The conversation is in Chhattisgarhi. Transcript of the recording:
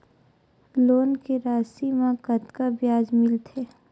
लोन के राशि मा कतका ब्याज मिलथे?